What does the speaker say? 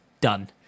done